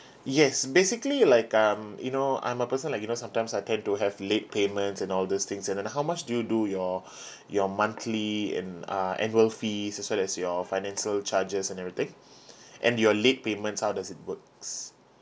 yes basically like um you know I'm a person like you know sometimes I tend to have late payment and all these things and then how much do you do your your monthly and uh annual fees as well as your financial charges and everything and your late payment how does it works